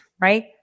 right